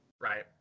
right